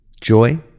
joy